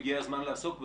שהגיע הזמן לעסוק בזה?